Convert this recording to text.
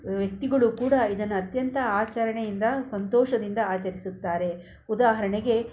ವ್ಯಕ್ತಿಗಳು ಕೂಡ ಇದನ್ನ ಅತ್ಯಂತ ಆಚರಣೆಯಿಂದ ಸಂತೋಷದಿಂದ ಆಚರಿಸುತ್ತಾರೆ ಉದಾಹರಣೆಗೆ